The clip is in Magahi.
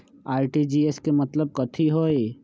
आर.टी.जी.एस के मतलब कथी होइ?